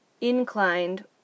inclined